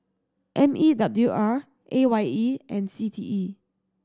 M E W R A Y E and C T E